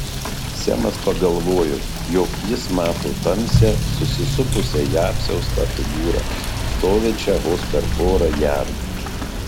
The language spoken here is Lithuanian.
semas pagalvojo jog jis mato tamsią susisupusią į apsiaustą figūrą stovinčią vos per porą jardų